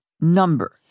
number